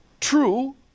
True